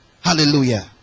hallelujah